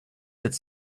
sept